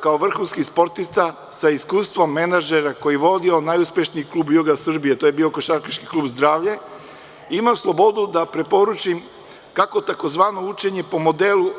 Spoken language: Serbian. Kao vrhunski sportista, sa iskustvom menadžera koji je vodio najuspešniji klub juga Srbije, košarkaški klub „Zdravlje“, imam slobodu da preporučim kako tzv. učenje po modelu